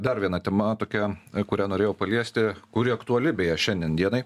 dar viena tema tokia kurią norėjau paliesti kuri aktuali beje šiandien dienai